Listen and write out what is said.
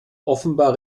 offenbar